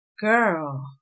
girl